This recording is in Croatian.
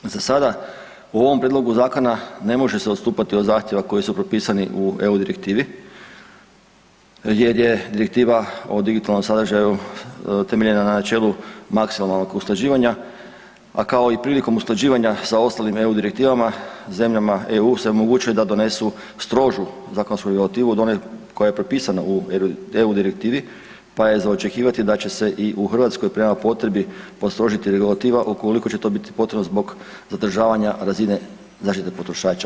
Za sada u ovom prijedlogu zakona ne može se odstupati od zahtjeva koji su propisani u EU direktivi jer je Direktiva o digitalnom sadržaju temeljena na načelu maksimalnog usklađivanja, a kao i prilikom usklađivanja sa ostalim EU direktivama, zemljama EU se omogućuje da donesu strožu zakonsku regulativu od one koja je propisana u EU direktivi pa je za očekivati da će se i u Hrvatskoj prema potrebi postrožiti regulativa ukoliko će to biti potrebno zbog zadržavanja razine zaštite potrošača.